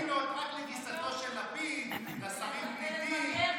ועכשיו נשאר